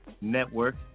Network